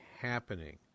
happening